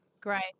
Great